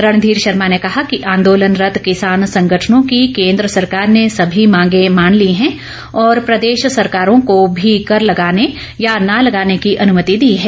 रणधीर शर्मा ने कहा कि आंदोलनरत किसान संगठनों की केन्द्र सरकार ने सभी मांगे मान ली है और प्रदेश सरकारों को भी कर लगाने या न लगाने की अनुमति दी है